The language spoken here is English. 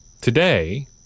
Today